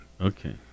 Okay